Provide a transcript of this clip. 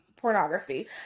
pornography